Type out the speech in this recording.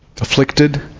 afflicted